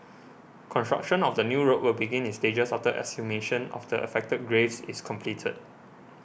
construction of the new road will begin in stages after exhumation of the affected graves is completed